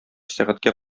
сәгатькә